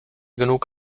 genug